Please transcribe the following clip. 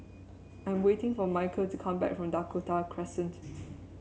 I'm waiting for Mikel to come back from Dakota Crescent